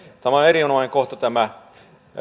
on erinomainen kohta tämä